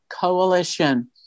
Coalition